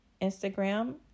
Instagram